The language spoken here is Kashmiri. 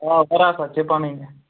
آ پرٛاپرٹی پنٕنۍ یہِ